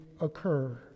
occur